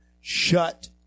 shut